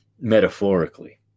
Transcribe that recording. metaphorically